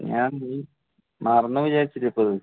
ഞാൻ നീ മറന്നു വിചാരിച്ചിരിപ്പത്